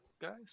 guys